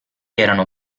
erano